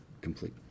complete